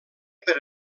per